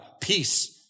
Peace